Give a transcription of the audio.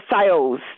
sales